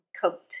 coat